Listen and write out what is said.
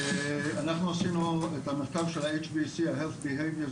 אנחנו עשינו את המחקר של ה- HBSC ביחד